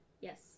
Yes